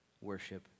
worship